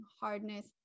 hardness